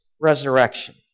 resurrection